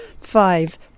five